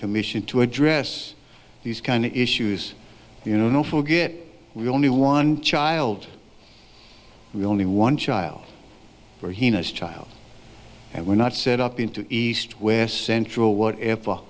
commission to address these kind of issues you know forget we only one child we only one child or he has child and we're not set up into east west central whatever